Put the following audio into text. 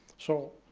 so,